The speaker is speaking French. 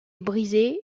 brisée